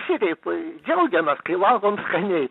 šitaip džiaugiamės kai valgom skaniai